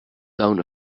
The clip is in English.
town